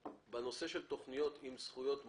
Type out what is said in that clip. בנושא של תכניות עם זכויות מותנות,